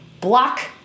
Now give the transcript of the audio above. block